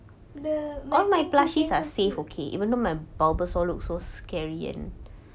the